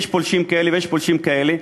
יש פולשים כאלה, ויש פולשים כאלה.